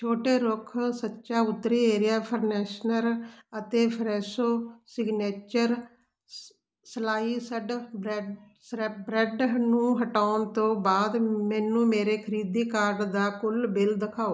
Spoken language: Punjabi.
ਛੋਟੇ ਰੁੱਖ ਸੱਚਾ ਉੱਤਰੀ ਏਰੀਆ ਫਰਨੈਸ਼ਨਰ ਅਤੇ ਫਰੈਸ਼ੋ ਸਿਗਨੇਚਰ ਸਲਾਈਸਡ ਬ੍ਰੈੱਡ ਸਰੈ ਬ੍ਰੈੱਡ ਨੂੰ ਹਟਾਉਣ ਤੋਂ ਬਾਅਦ ਮੈਨੂੰ ਮੇਰੇ ਖਰੀਦੀ ਕਾਰਟ ਦਾ ਕੁੱਲ ਬਿੱਲ ਦਿਖਾਓ